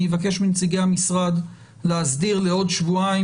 אני אבקש מנציגי המשרד להסדיר לעוד שבועיים.